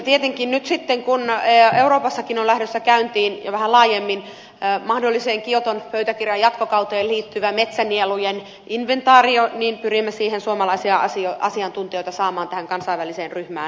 tietenkin nyt sitten kun euroopassakin on lähdössä käyntiin jo vähän laajemmin mahdolliseen kioton pöytäkirjan jatkokauteen liittyvä metsänielujen inventaario pyrimme suomalaisia asiantuntijoita saamaan tähän kansainväliseen ryhmään mukaan